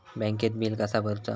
बँकेत बिल कसा भरुचा?